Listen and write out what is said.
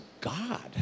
God